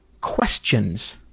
questions